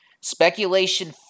Speculation